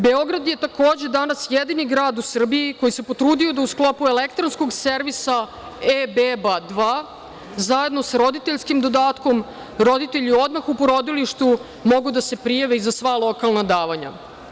Beograd je takođe danas jedini grad u Srbiji, koji se potrudio da u sklopu elektronskog servisa „E-beba2“ zajedno sa roditeljskim dodatkom, roditelji odmah u porodilištu mogu da se prijave i za sva lokalna davanja.